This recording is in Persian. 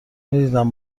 میدیدم